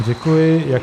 Děkuji.